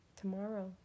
tomorrow